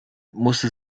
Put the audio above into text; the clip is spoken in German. musste